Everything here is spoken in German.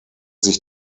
sich